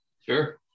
Sure